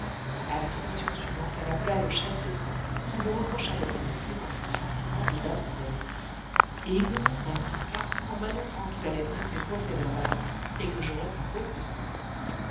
a la station suivante elle appela le chef de train qui me reprocha d'être monté dans le compartiment des dames seules et il me montra une pancarte en m'annonçant qu'il allait dresser procès-verbal et que j'aurais un beau procès